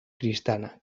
kristana